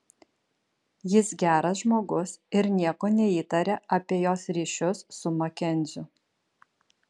jis geras žmogus ir nieko neįtaria apie jos ryšius su makenziu